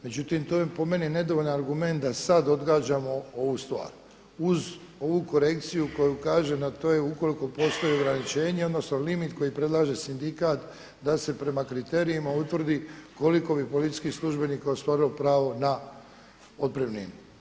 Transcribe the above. Međutim, to je po meni nedovoljan argument da sad odgađamo ovu stvar uz ovu korekciju koju kaže na to je ukoliko postoji ograničenje, odnosno limit koji predlaže sindikat da se prema kriterijima utvrdi koliko bi policijskih službenika ostvarilo pravo na otpremninu.